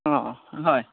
অ' অ' হয়